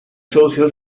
social